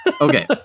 Okay